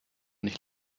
nicht